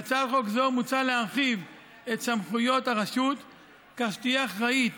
בהצעת חוק זו מוצע להרחיב את סמכויות הרשות כך שתהיה אחראית